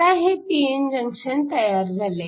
आता हे p n junction तयार झाले